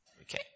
Okay